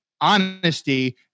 honesty